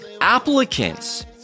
applicants